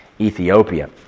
Ethiopia